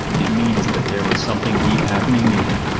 it means that there was something deep happening in him,